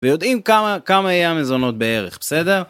ויודעים כמה יהיו המזונות בערך, בסדר?